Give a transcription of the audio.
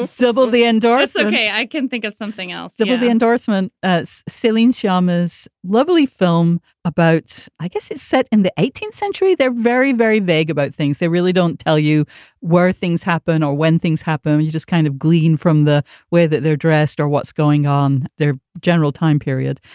ah the indoors. ok, i can think of something else simple the endorsement as celine sharma's lovely film about i guess is set in the eighteenth century. they're very, very vague about things. they really don't tell you where things happen or when things happen. and you just kind of glean from the way that they're dressed or what's going on, their general time period.